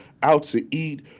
out to eat,